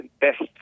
best